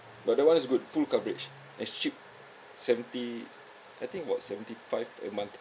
but that one is good full coverage it's cheap seventy I think about seventy-five a month